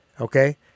okay